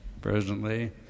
presently